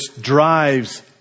drives